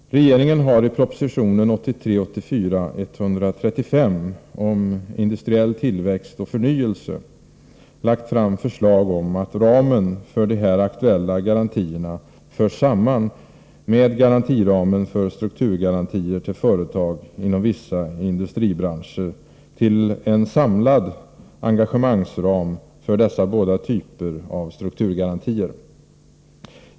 Regeringen har i proposition 1983/84:135 om industriell tillväxt och förnyelse lagt fram förslag om att ramen för de här aktuella garantierna förs samman med garantiramen för strukturgarantier till företag inom vissa industribranscher till en samlad engagemangsram för dessa båda typer av strukturgarantier.